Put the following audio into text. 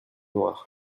noires